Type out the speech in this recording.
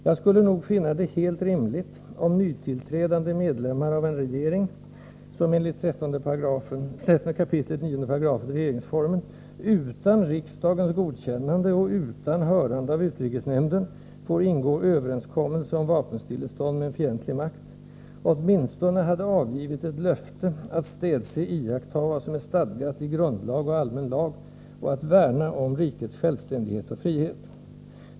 Jag skulle nog finna det helt rimligt om nytillträdande medlemmar av en regering — som enligt 13 kap. 9 § regeringsformen utan riksdagens godkännande och utan hörande av utrikesnämnden får ingå överenskommelse om vapenstillestånd med en fientlig makt — åtminstone hade avgivit ett löfte att städse iakttaga vad som är stadgat i grundlag och allmän lag och att värna om rikets självständighet och frihet.